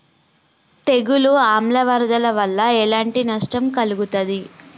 తెగులు ఆమ్ల వరదల వల్ల ఎలాంటి నష్టం కలుగుతది?